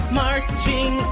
marching